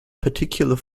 particular